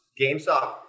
GameStop